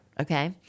Okay